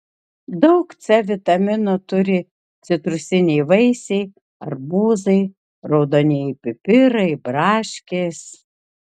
daug c vitamino turi citrusiniai vaisiai arbūzai raudonieji pipirai braškės